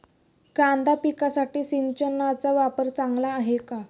कांदा पिकासाठी सिंचनाचा वापर चांगला आहे का?